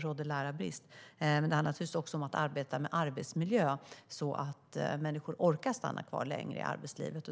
råder lärarbrist. Men det handlar naturligtvis också om att jobba med arbetsmiljön så att människor orkar stanna kvar längre i arbetslivet.